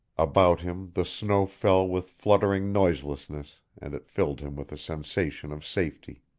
about him the snow fell with fluttering noiselessness and it filled him with a sensation of safety.